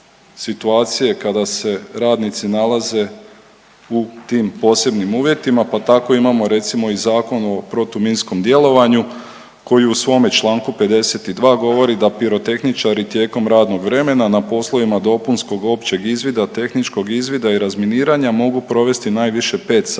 kada se radnici nalaze u tim posebnim uvjetima, pa tako imamo recimo i Zakon o protuminskom djelovanju koji u svojem čl. 52 govori da pirotehničari tijekom radnog vremena na poslovima dopunskog, općeg izvida, tehničkog izvida i razminiranja mogu provesti najviše 5 sati